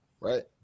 right